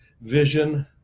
vision